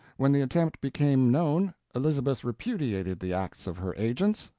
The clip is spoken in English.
when the attempt became known, elizabeth repudiated the acts of her agents,